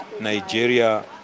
Nigeria